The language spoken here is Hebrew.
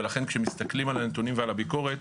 ולכן כשמסתכלים על הנתונים ועל הביקורת,